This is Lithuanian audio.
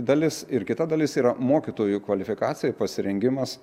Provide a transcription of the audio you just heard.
dalis ir kita dalis yra mokytojų kvalifikacija pasirengimas